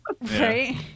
Right